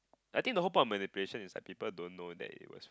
I think the whole pump and patient is like people don't know that it was